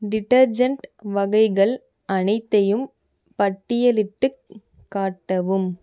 detergent வகைகள் அனைத்தையும் பட்டியலிட்டுக் காட்டவும்